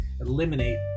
eliminate